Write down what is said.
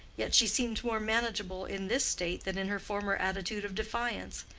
yet she seemed more manageable in this state than in her former attitude of defiance.